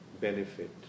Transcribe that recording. benefit